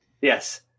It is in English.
Yes